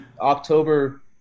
October